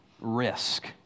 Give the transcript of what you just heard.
risk